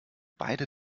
beide